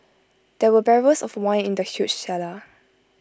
there were barrels of wine in the huge cellar